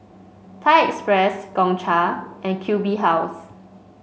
Thai Express Gongcha and Q B House